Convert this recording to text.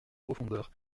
profondeurs